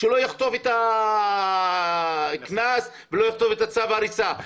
שלא יחטוף קנס או צו הריסה.